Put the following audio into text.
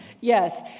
Yes